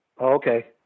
Okay